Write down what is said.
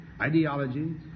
ideology